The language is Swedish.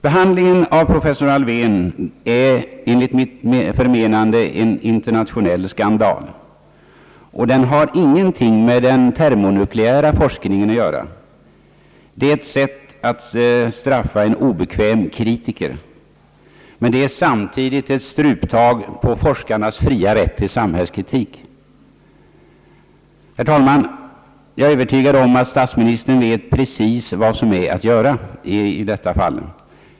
Behandlingen av professor Alfvén är enligt mitt förmenande en internationell skandal, och den har ingenting med den termonuklueära forskningen att göra. Det är ett sätt att straffa en obekväm kritiker, men det är samtidigt ett struptag på forskarnas fria rätt till samhällskritik. Herr talman! Jag är övertygad om att statsministern vet precis vad som är att göra i detta fall.